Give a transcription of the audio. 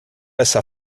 essa